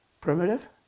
Primitive